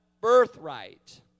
birthright